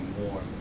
more